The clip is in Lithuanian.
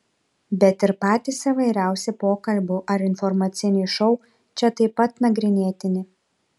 bet ir patys įvairiausi pokalbių ar informaciniai šou čia taip pat nagrinėtini